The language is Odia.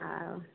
ଆଉ